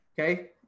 Okay